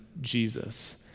Jesus